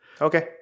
Okay